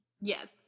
yes